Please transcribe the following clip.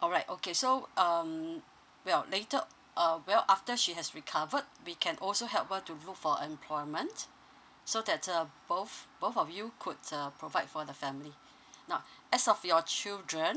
all right okay so um well later uh well after she has recovered we can also help her to look for employment so that uh both both of you could uh provide for the family now as of your children